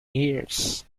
years